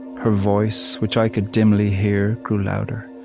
her voice, which i could dimly hear grew louder.